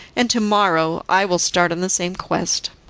and to-morrow i will start on the same quest.